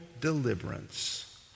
deliverance